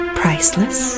priceless